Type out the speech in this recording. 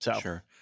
sure